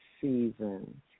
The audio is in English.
seasons